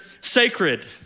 sacred